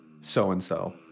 so-and-so